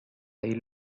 they